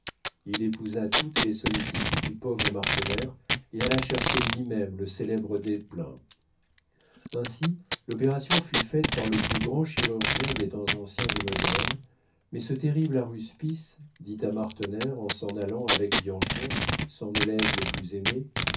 il épousa toutes les sollicitudes du pauvre martener et alla chercher lui-même le célèbre desplein ainsi l'opération fut faite par le plus grand chirurgien des temps anciens et modernes mais ce terrible aruspice dit à martener en s'en allant avec bianchon son élève le plus aimé